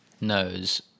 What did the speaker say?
knows